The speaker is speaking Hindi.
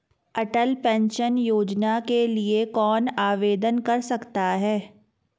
अटल पेंशन योजना के लिए कौन आवेदन कर सकता है?